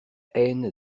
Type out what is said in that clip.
haine